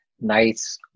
nice